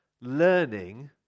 learning